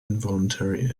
involuntary